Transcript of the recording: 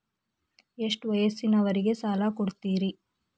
ಎಷ್ಟ ವಯಸ್ಸಿನವರಿಗೆ ಸಾಲ ಕೊಡ್ತಿರಿ?